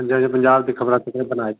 ਪੰਜਾਂ 'ਚ ਪੰਜਾਬ ਦੀ ਖਬਰਾਂ ਕਿਹਨੇ ਬਣਾਏ